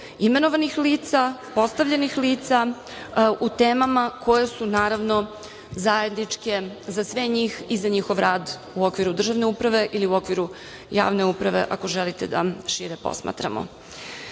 imenovanih lica, postavljenih lica, u temama koje su naravno zajedničke za sve njih i za njihov rad u okviru državne uprave ili u okviru javne uprave ako želite da šire posmatramo. Pre